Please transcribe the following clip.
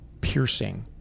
piercing